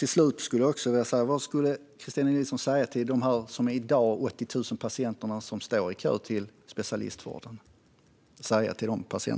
Till slut undrar jag också vad Kristina Nilsson skulle säga till de 80 000 patienter som i dag står i kö till specialistvården.